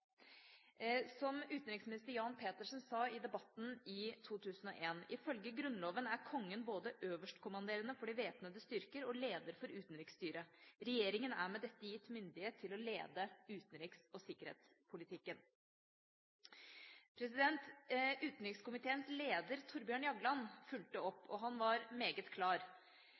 Som tidligere utenriksminister Jan Petersen sa i debatten i 2001: «Ifølge Grunnloven er Kongen både øverstkommanderende for de væpnede styrker og leder for utenriksstyret. Regjeringen er med dette gitt myndighet til å lede utenriks- og sikkerhetspolitikken.» Utenrikskomiteens leder den gangen, Thorbjørn Jagland, fulgte opp, og han var meget klar: